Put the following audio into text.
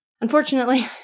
unfortunately